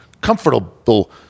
comfortable